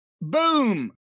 Boom